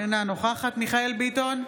אינה נוכחת מיכאל מרדכי ביטון,